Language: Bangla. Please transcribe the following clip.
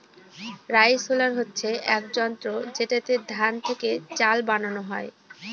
রাইসহুলার হচ্ছে এক যন্ত্র যেটাতে ধান থেকে চাল বানানো হয়